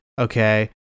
okay